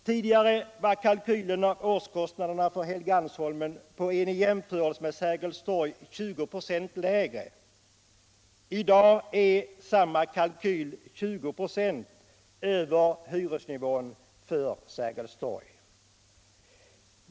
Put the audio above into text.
Tidigare var kalkylen för årskostnaderna för Helgeandsholmen i jämförelse med Sergels torg 20 "ö lägre. I dag är den 20 vö över Sergels torgs hyresnivå.